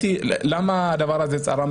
למה הדבר הזה צרם